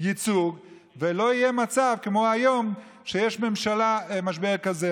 ולא יהיה מצב כמו היום, שיש משבר כזה.